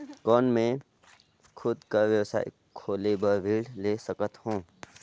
कौन मैं खुद कर व्यवसाय खोले बर ऋण ले सकत हो?